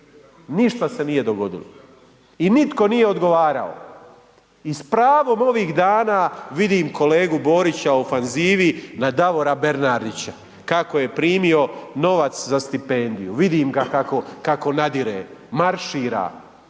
ništa se nije dogodilo i nitko nije odgovarao i s pravom ovih dana vidim kolegu Borića u ofanzivi na Davora Bernardića kako je primio novac za stipendiju, vidim ga kako nadire, maršira,